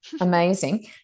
Amazing